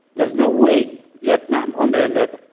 there is no way, vietnam on their level.